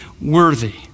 worthy